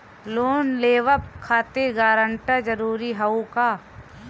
Loan लेवब खातिर guarantor जरूरी हाउ का?